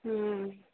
ହୁଁ